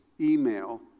email